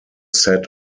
set